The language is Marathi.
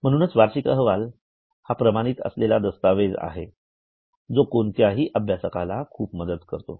म्हणून वार्षिक अहवाल हा प्रमाणित असलेला दस्तावेज आहे जो कोणत्याही अभ्यासकाला खूप मदत करतो